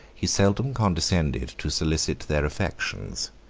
he seldom condescended to solicit their affections.